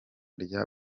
rya